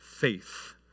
Faith